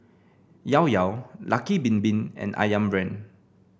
Llao Llao Lucky Bin Bin and ayam Brand